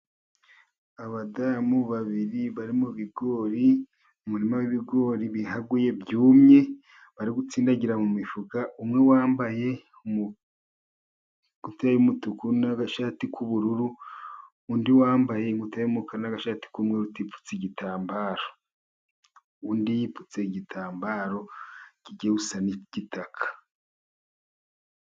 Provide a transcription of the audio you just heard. Abadamu babiri bari mu bigori umurima w'ibigori bihaguye byumye bari gutsindagira mu mifuka umwe wambaye ingutiya y'umutuku n'agashati k'ubururu. Undi wambaye ingutiya y'umukara n'agashati k'umweru utipfutse igitambaro, undi yipfutse igitambaro kijya gusa n'igitaka.